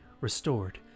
restored